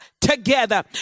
together